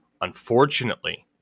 unfortunately